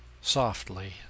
softly